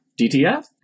dtf